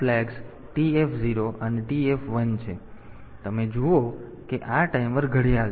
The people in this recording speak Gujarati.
હવે તમે જુઓ કે આ ટાઈમર ઘડિયાળ છે